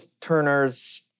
Turner's